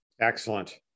excellent